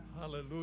Hallelujah